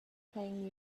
playing